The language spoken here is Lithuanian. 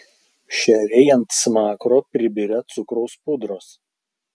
šeriai ant smakro pribirę cukraus pudros